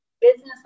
business